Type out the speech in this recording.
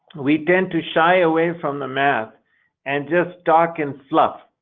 we tend to shy away from the math and just talk in fluff,